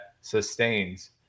sustains